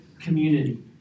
community